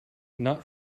not